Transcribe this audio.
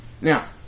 Now